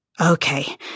Okay